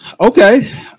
okay